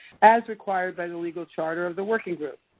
as required by the legal charter of the working group.